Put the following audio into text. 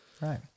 right